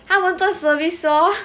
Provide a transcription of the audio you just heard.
他们赚 service lor